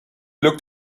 looked